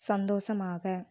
சந்தோஷமாக